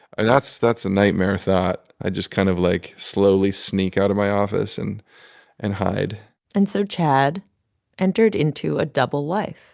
and that's that's a nightmare thought. i just kind of, like, slowly sneak out of my office and and hide and so chad entered into a double life.